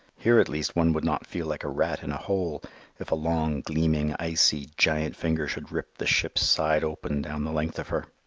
here at least one would not feel like a rat in a hole if a long, gleaming, icy, giant finger should rip the ship's side open down the length of her.